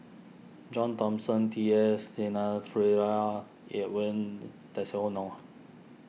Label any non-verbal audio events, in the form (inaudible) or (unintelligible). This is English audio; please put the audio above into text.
John Thomson T S (unintelligible) Edwin (unintelligible)